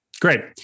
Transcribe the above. Great